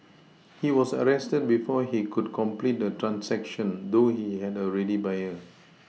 he was arrested before he could complete the transaction though he had a ready buyer